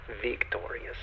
victorious